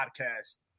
podcast